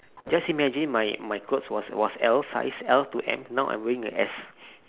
just imagine my my clothes was was L size L to M now I'm wearing a S